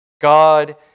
God